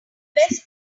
best